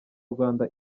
rwanda